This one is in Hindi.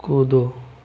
कूदो